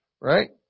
Right